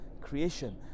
creation